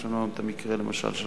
יש לנו למשל המקרה של "חברותא",